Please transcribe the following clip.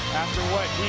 after what